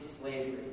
slavery